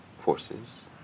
forces